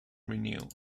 renewed